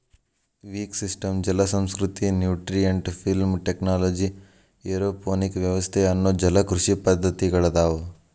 wick system ಜಲಸಂಸ್ಕೃತಿ, nutrient film technology, aeroponic ವ್ಯವಸ್ಥೆ ಅನ್ನೋ ಜಲಕೃಷಿ ಪದ್ದತಿಗಳದಾವು